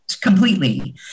completely